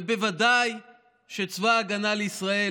ובוודאי שצבא ההגנה לישראל